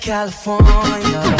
California